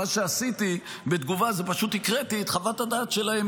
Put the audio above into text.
מה שעשיתי בתגובה הוא שפשוט הקראתי את חוות הדעת שלהם